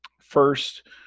First